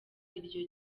iryo